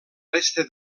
resta